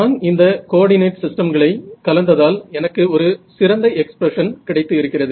நான் இந்த கோஆர்டினேட் சிஸ்டம்களை கலந்ததால் எனக்கு ஒரு சிறந்த எக்ஸ்பிரஷன் கிடைத்து இருக்கிறது